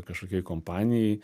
kažkokioj kompanijoj